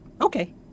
Okay